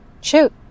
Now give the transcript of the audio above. Shoot